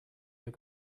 your